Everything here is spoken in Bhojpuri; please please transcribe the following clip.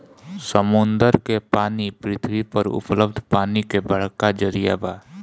समुंदर के पानी पृथ्वी पर उपलब्ध पानी के बड़का जरिया बा